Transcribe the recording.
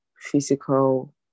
physical